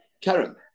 Karen